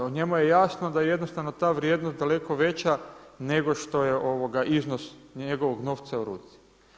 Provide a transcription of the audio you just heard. Jer njemu je jasno da jednostavno ta vrijednost daleko veća nego što je iznos njegovog novca u ruci.